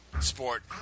sport